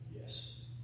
yes